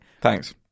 Thanks